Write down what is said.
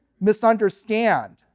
misunderstand